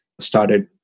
Started